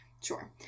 Sure